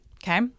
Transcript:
Okay